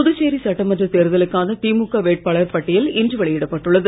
புதுச்சேரி சட்டமன்றத் தேர்தலுக்கான திமுக வேட்பாளர் பட்டியல் இன்று வெளியிடப்பட்டுள்ளது